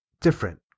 different